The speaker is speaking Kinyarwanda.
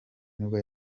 nibwo